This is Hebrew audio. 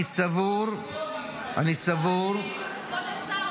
אני סבור --- 4.5 מיליארד ש"ח כספים קואליציוניים --- כבוד השר,